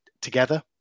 together